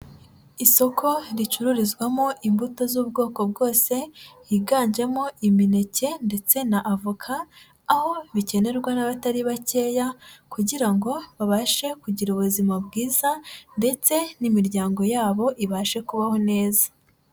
Isoko ricururizwamo imbuto z'ubwoko bwose higanjemo imineke ndetse n'avoka, aho bigenerwa n'abatari bakeya kugira ngo babashe kugira ubuzima bwiza ndetse n'imiryango yabo ibashe kubaho neza.